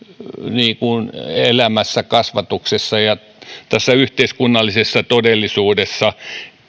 niin kuin elämässä kasvatuksessa ja tässä yhteiskunnallisessa todellisuudessa